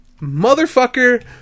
Motherfucker